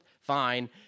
fine